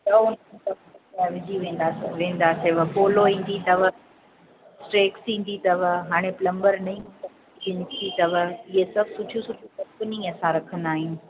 विझी वेंदासीं वेंदासीं व पोलो ईंदी अथव स्ट्रेक्स ईंदी अथव हाणे प्लंबर न ईंदो अथव किन्की अथव इहे सभु सुठियूं सुठियूं कंपनी असां रखंदा आहियूं